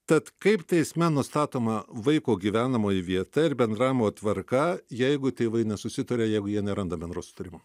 tad kaip teisme nustatoma vaiko gyvenamoji vieta ir bendravimo tvarka jeigu tėvai nesusitaria jeigu jie neranda bendro sutarimo